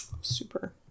Super